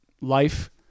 life